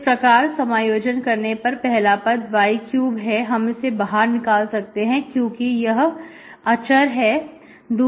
इस प्रकार समायोजन करने पर पहला पद y3 है हम इसे बाहर निकाल सकते हैं क्योंकि यह अक्षर है है